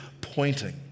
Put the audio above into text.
pointing